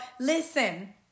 listen